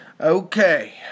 okay